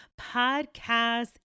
podcast